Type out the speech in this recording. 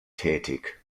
tätig